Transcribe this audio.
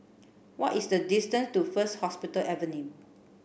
what is the distance to First Hospital Avenue